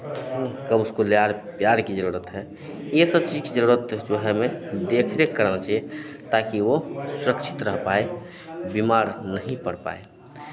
कब उसको लाड़ प्यार की ज़रूरत है ये सब चीज़ ज़रूरत जो है हमें देख रेख कराना चहिए ताकि वो सुरक्षित रह पाए बिमार नहीं पड़ पाए